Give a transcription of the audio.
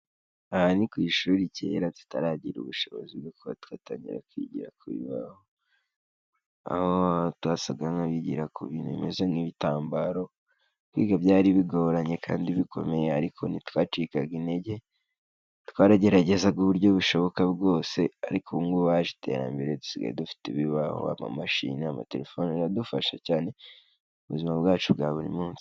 Aha ni ku ishuri kera tutaragira ubushobozi bwo kuba twatangira kwigira ku bibaho. Aho twasaga nk'abigira ku bintu bimeze nk'ibitambaro, kwiga byari bigoranye kandi bikomeye, ariko ntitwacikaga intege, twarageragezaga uburyo bushoboka bwose, ariko ubu ngubu haje iterambere dusigaye dufite ibibaho, amamashini, amatelefoni, biradufasha cyane mu buzima bwacu bwa buri munsi.